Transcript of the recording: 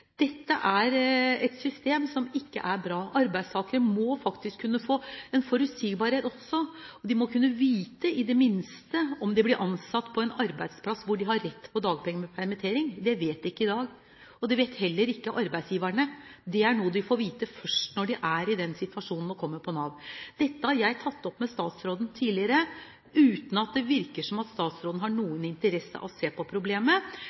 Dette er et system som ikke er bra. Arbeidstakere må faktisk kunne få en forutsigbarhet også. De må i det minste kunne vite om de blir ansatt på en arbeidsplass hvor de har rett på dagpenger under permittering. Det vet de ikke i dag, og det vet heller ikke arbeidsgiverne. Det er noe de får vite først når de er i den situasjonen, og kommer til Nav. Dette har jeg tatt opp med statsråden tidligere, uten at det virker som om statsråden har noen interesse av å se på problemet.